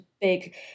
big